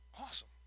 awesome